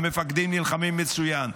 המפקדים נלחמים מצוין.